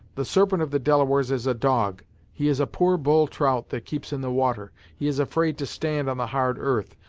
the serpent of the delawares is a dog he is a poor bull trout that keeps in the water he is afraid to stand on the hard earth,